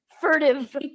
Furtive